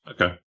Okay